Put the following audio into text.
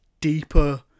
deeper